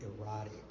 erotic